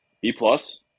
B-plus